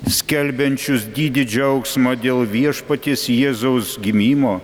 skelbiančius didį džiaugsmą dėl viešpaties jėzaus gimimo